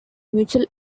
mutual